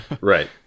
Right